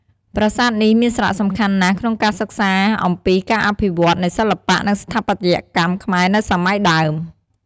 ប្រាសាទនេះមានសារៈសំខាន់ណាស់ក្នុងការសិក្សាអំពីការវិវឌ្ឍន៍នៃសិល្បៈ និងស្ថាបត្យកម្មខ្មែរនៅសម័យដើម។